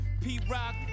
P-Rock